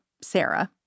Sarah